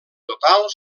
total